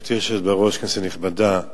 גברתי היושבת בראש, כנסת נכבדה,